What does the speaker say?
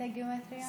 עשית גימטרייה על זה?